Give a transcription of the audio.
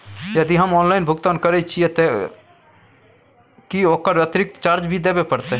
यदि हम ऑनलाइन भुगतान करे छिये त की ओकर अतिरिक्त चार्ज भी देबे परतै?